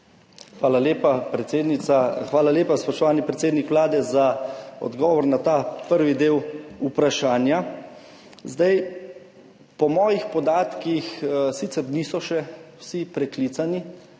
Hvala lepa, predsednica. Hvala lepa, spoštovani predsednik Vlade, za odgovor na ta prvi del vprašanja. Po mojih podatkih sicer niso še vsi priklicani,